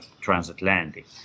transatlantic